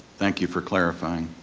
thank you for clarifying.